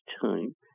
time